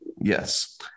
Yes